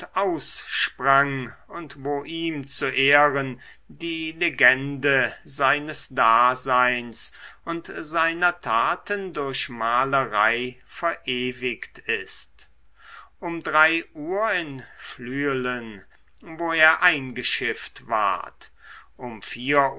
aussprang und wo ihm zu ehren die legende seines daseins und seiner taten durch malerei verewigt ist um uhr in flüelen wo er eingeschifft ward um uhr